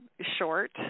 short